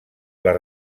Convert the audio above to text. les